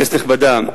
כנסת נכבדה,